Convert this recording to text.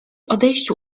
odejściu